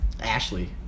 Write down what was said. Ashley